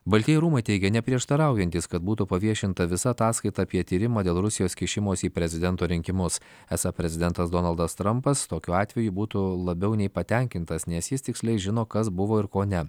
baltieji rūmai teigė neprieštaraujantys kad būtų paviešinta visa ataskaita apie tyrimą dėl rusijos kišimosi į prezidento rinkimus esą prezidentas donaldas trampas tokiu atveju būtų labiau nei patenkintas nes jis tiksliai žino kas buvo ir ko ne